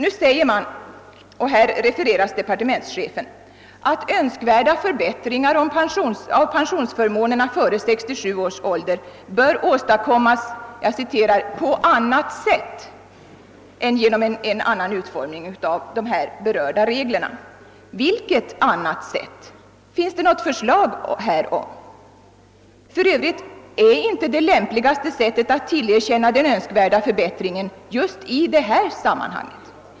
I utlåtandet refereras att departementschefen i propositionen framhållit att önskvärda pensionsförbättringar före 67-årsåldern bör åstadkommas »på annat sätt» än genom en annan utformning av reglerna i det berörda hänseendet. Vilket annat sätt? Finns det något förslag härom? Är inte det lämpligaste sättet att åstadkomma önskvärda förbättringar att göra det i detta sammanhang?